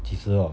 几时 oh